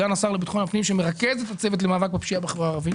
סגן השר לביטחון פנים שמרכז את הצוות למאבק בפשיעה בחברה הערבית